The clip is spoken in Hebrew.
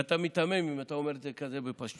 ואתה מיתמם אם אתה אומר את זה בכזאת פשטות.